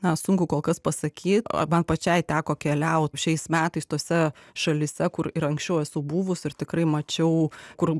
na sunku kol kas pasakyt man pačiai teko keliaut šiais metais tose šalyse kur ir anksčiau esu buvus ir tikrai mačiau kur